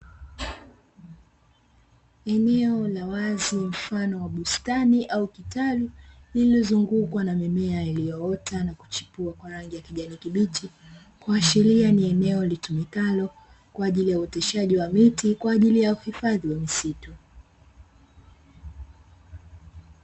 Eneo la wazi mfano wa bustani au vitalu lililo zungukwa na mimea iliyoota na kuchipua kwa rangi ya kijani kibichi, kuashiria ni eneo litumikalo kwaajili ya uoteshaji wa miti kwaajili ya kuhifadhi misitu.